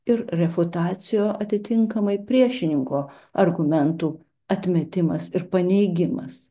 ir reputacio atitinkamai priešininko argumentų atmetimas ir paneigimas